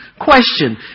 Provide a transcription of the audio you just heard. question